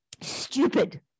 Stupid